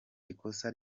ikosa